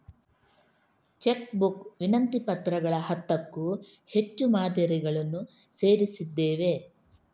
check book ವಿನಂತಿ ಪತ್ರಗಳ ಹತ್ತಕ್ಕೂ ಹೆಚ್ಚು ಮಾದರಿಗಳನ್ನು ಸೇರಿಸಿದ್ದೇವೆ